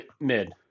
mid